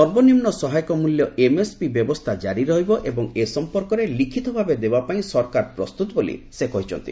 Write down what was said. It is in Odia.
ସର୍ବନିମ୍ନ ସହାୟକ ମ୍ବଲ୍ୟ ଏମ୍ଏସ୍ପି ବ୍ୟବସ୍ଥା ଜାରି ରହିବ ଏବଂ ଏ ସମ୍ପର୍କରେ ଲିଖିତ ଭାବେ ଦେବାପାଇଁ ସରକାର ପ୍ରସ୍ତତ ବୋଲି ସେ କହିଛନ୍ତି